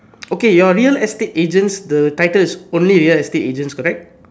okay your real estate agents the title is only real estate agents correct